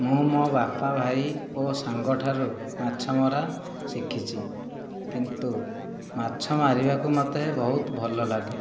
ମୁଁ ମୋ ବାପା ଭାଇ ଓ ସାଙ୍ଗଠାରୁ ମାଛ ମରା ଶିଖିଛି କିନ୍ତୁ ମାଛ ମାରିବାକୁ ମୋତେ ବହୁତ ଭଲ ଲାଗେ